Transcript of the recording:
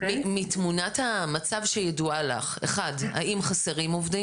מתמונת המצב שידועה לך, אחד, האם חסרים עובדים?